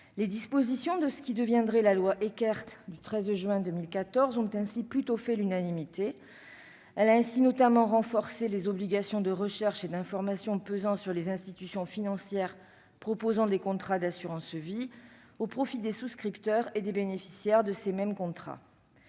Les dispositions de ce qui deviendrait la loi Eckert du 13 juin 2014 ont ainsi plutôt fait l'unanimité : ce texte a notamment renforcé les obligations de recherche et d'information pesant sur les institutions financières proposant des contrats d'assurance-vie au profit des souscripteurs et des bénéficiaires de ces mêmes contrats.